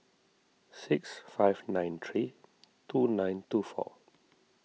six five nine three two nine two four